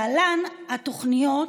להלן התוכניות